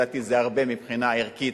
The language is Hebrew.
זה הרבה מבחינה ערכית,